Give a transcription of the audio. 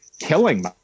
killing